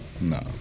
No